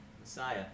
Messiah